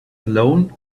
alone